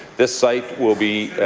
this site will be